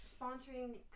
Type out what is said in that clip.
sponsoring